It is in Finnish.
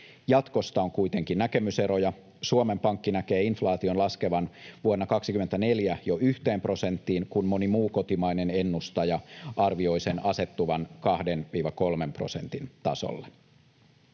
Jatkosta on kuitenkin näkemyseroja. Suomen Pankki näkee inflaation laskevan vuonna 24 jo yhteen prosenttiin, kun moni muu kotimainen ennustaja arvioi sen asettuvan 2–3 prosentin tasolle.